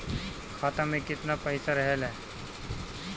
खाता में केतना पइसा रहल ह?